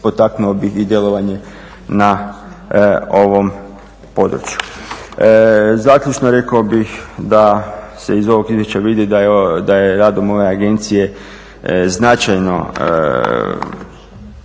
potaknuo bih i djelovanje na ovom području. Zaključno, rekao bih da se iz ovog izvješća vidi da je radom ove agencije značajno